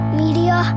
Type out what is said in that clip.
media